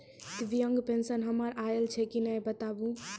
दिव्यांग पेंशन हमर आयल छै कि नैय बताबू?